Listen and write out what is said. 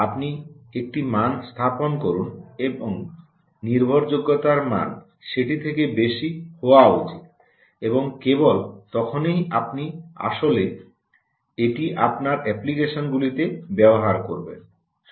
আপনি একটি মান স্থাপন করুন এবং নির্ভরযোগ্যতার মান সেটা থেকে বেশি হওয়া উচিত এবং কেবল তখনই আপনি আসলে এটি আপনার অ্যাপ্লিকেশনগুলিতে ব্যবহার করবেন